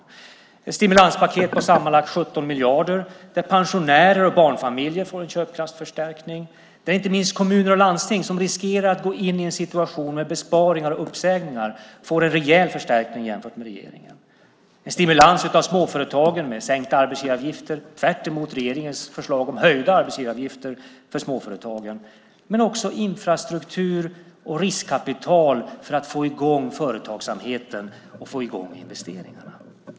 Det är ett stimulanspaket på sammanlagt 17 miljarder där pensionärer och barnfamiljer får en köpkraftsförstärkning och där inte minst kommuner och landsting som riskerar att gå in i en situation med besparingar och uppsägningar får en rejäl förstärkning jämfört med vad regeringen gör. Det blir en stimulans av småföretagen med sänkta arbetsgivaravgifter - tvärtemot regeringens förslag om höjda arbetsgivaravgifter för småföretagen. Men det handlar också om infrastruktur och riskkapital för att få i gång företagsamheten och investeringarna.